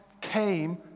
came